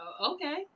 Okay